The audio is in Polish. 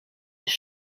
jest